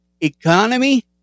economy